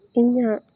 ᱤᱧᱟᱹᱜ